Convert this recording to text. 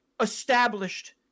established